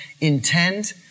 intend